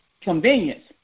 convenience